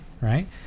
right